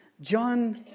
John